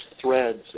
threads